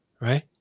right